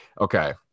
okay